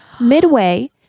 Midway